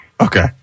Okay